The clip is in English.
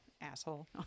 Asshole